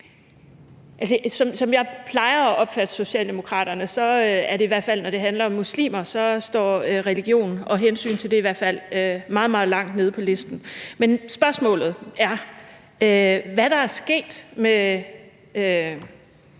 som jeg plejer at opfatte Socialdemokraterne, i hvert fald når det handler om muslimer, så står religion og hensynet til det meget, meget langt nede på listen. Men spørgsmålet er, hvad der er sket med